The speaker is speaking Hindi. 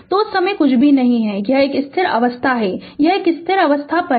तो उस समय कुछ भी नहीं है यह एक स्थिर अवस्था है यह एक स्थिर अवस्था है यह पर है